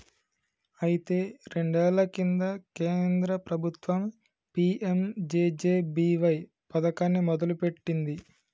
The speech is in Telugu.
అయితే రెండేళ్ల కింద కేంద్ర ప్రభుత్వం పీ.ఎం.జే.జే.బి.వై పథకాన్ని మొదలుపెట్టింది